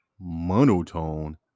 monotone